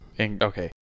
okay